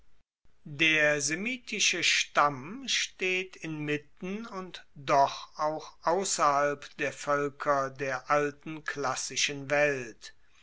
der semitische stamm steht inmitten und doch auch ausserhalb der voelker der alten klassischen welt